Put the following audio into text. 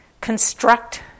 construct